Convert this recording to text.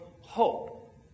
hope